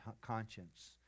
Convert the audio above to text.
conscience